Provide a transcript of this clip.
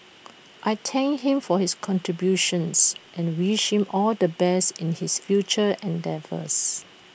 I thank him for his contributions and wish him all the best in his future endeavours